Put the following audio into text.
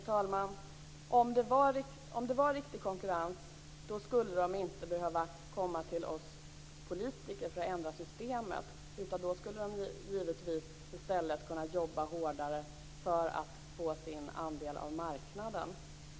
Herr talman! Om det var riktig konkurrens skulle de inte komma till oss politiker för att ändra systemet. Då skulle de i stället givetvis kunna jobba hårdare för att få sin andel av marknaden.